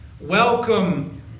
Welcome